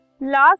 Last